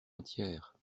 entière